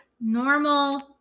Normal